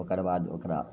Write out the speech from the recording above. ओकर बाद ओकरा